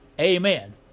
Amen